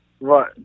Right